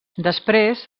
després